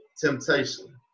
Temptation